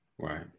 Right